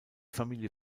familie